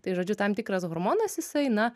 tai žodžiu tam tikras hormonas jisai na